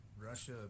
Russia